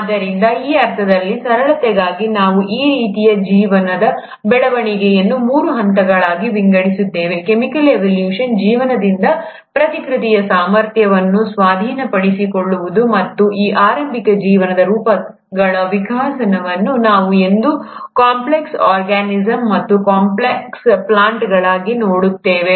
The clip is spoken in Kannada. ಆದ್ದರಿಂದ ಆ ಅರ್ಥದಲ್ಲಿ ಸರಳತೆಗಾಗಿ ನಾವು ಈ ರೀತಿಯ ಜೀವನದ ಬೆಳವಣಿಗೆಯನ್ನು ಮೂರು ಹಂತಗಳಾಗಿ ವಿಂಗಡಿಸುತ್ತೇವೆ ಕೆಮಿಕಲ್ ಎವೊಲ್ಯೂಶನ್ ಜೀವನದಿಂದ ಪ್ರತಿಕೃತಿಯ ಸಾಮರ್ಥ್ಯವನ್ನು ಸ್ವಾಧೀನಪಡಿಸಿಕೊಳ್ಳುವುದು ಮತ್ತು ಈ ಆರಂಭಿಕ ಜೀವನ ರೂಪಗಳ ವಿಕಾಸವನ್ನು ನಾವು ಇಂದು ಕಾಂಪ್ಲೆಕ್ಸ್ ಆರ್ಗನ್ನಿಸಮ್ ಮತ್ತು ಕಾಂಪ್ಲೆಕ್ಸ್ ಪ್ಲಾಂಟ್ಗಳಾಗಿ ನೋಡುತ್ತೇವೆ